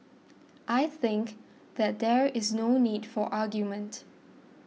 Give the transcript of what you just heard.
I think that there is no need for argument